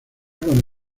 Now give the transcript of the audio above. con